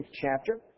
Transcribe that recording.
chapter